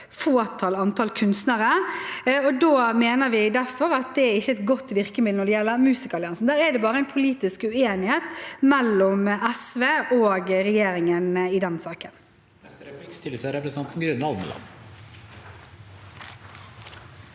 et fåtall kunstnere. Derfor mener vi at det ikke er et godt virkemiddel når det gjelder Musikeralliansen. Der er det en politisk uenighet mellom SV og regjeringen i denne saken.